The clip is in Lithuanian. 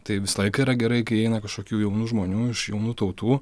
tai visą laiką yra gerai kai eina kažkokių jaunų žmonių iš jaunų tautų